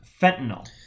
fentanyl